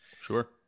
sure